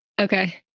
Okay